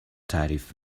تعریف